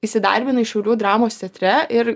įsidarbinai šiaulių dramos teatre ir